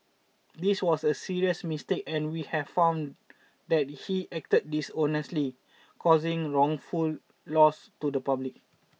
this was a serious mistake and we have found that he acted dishonestly causing wrongful loss to the public